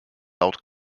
laut